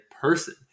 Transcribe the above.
person